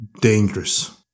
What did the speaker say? dangerous